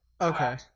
Okay